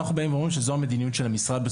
אנחנו באים ואומרים שזו המדיניות של המשרד,